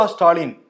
Stalin